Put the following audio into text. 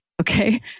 okay